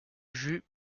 jus